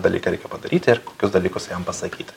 dalyką reikia padaryti ir kokius dalykus jam pasakyti